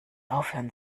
aufhören